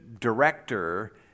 director